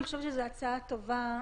אני חושבת שההצעה טובה,